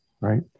Right